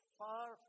far